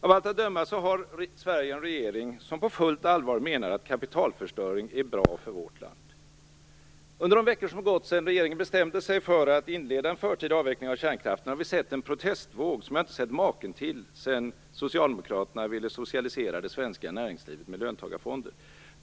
Av allt att döma har Sverige en regering som på fullt allvar menar att kapitalförstöring är bra för vårt land. Under de veckor som gått sedan regeringen bestämde sig för att inleda en förtida avveckling av kärnkraften har vi sett en protestvåg som jag inte sett maken till sedan socialdemokraterna ville socialisera det svenska näringslivet med löntagarfonder.